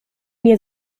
nie